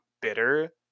bitter